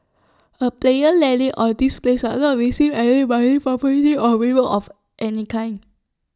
A player landing on this place are not receive any money property or reward of any kind